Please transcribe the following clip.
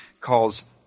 calls